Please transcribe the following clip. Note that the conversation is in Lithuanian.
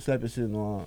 slepiasi nuo